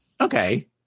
Okay